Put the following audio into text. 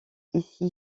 ici